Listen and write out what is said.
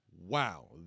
Wow